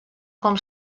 com